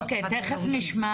אוקיי, תיכף נשמע